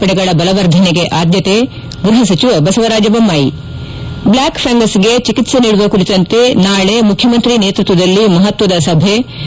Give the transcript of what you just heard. ಪಡೆಗಳ ಬಲವರ್ಧನೆಗೆ ಆದ್ಯತೆ ಗೃಹ ಸಚಿವ ಬಸವರಾಜ ಬೊಮ್ಮಾಯಿ ಬ್ಲಾಕ್ ಫಂಗಸ್ಗೆ ಚಿಕಿತ್ನೆ ನೀಡುವ ಕುರಿತಂತೆ ನಾಳಿ ಮುಖ್ಯಮಂತ್ರಿ ನೇತೃತ್ವದಲ್ಲಿ ಮಹತ್ವದ ಸಭೆ